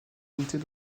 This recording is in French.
unités